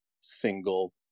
single